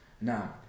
Now